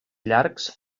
llargs